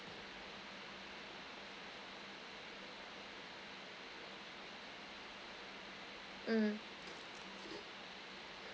mm